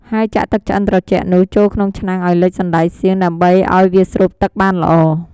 ហើយចាក់ទឹកឆ្អិនត្រជាក់នោះ ចូលក្នុងឆ្នាំងឱ្យលិចសណ្ដែកសៀង ដើម្បីឱ្យវាស្រូបទឹកបានល្អ។